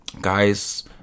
guys